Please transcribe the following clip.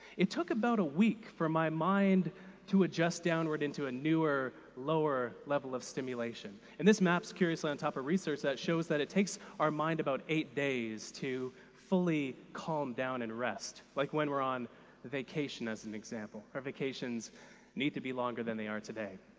it took about a week for my mind to adjust downward into a newer, lower level of stimulation, and this maps, curiously, on top of research that shows that it takes our mind about eight days to fully calm down and rest, like when we're on vacation, as an example. our vacations need to be longer than they are today.